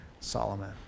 Solomon